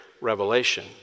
revelation